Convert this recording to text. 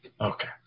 Okay